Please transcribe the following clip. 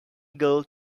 girl